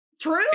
true